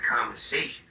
conversation